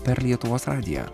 per lietuvos radiją